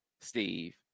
Steve